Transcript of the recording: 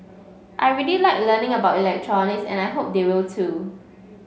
I really like learning about electronics and I hope they will too